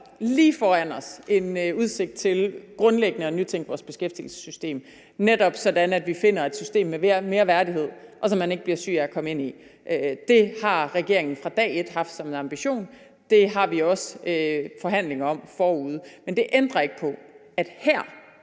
lige foran os udsigt til grundlæggende at nytænke vores beskæftigelsessystem, netop sådan at vi finder et system med mere værdighed, som man ikke bliver syg af at komme ind i. Det har regeringen fra dag et haft som en ambition. Det har vi også forhandlinger om forude. Men det ændrer ikke på, at her